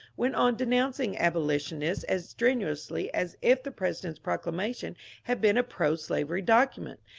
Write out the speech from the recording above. went on denouncing abolitionists as strenuously as if the president's proclamation had been a proslavery document,